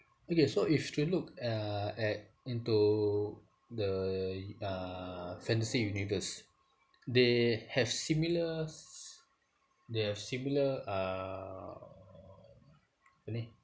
okay so if you were to look uh at into the uh fantasy universe they have similar si~ they have similar uh apa ni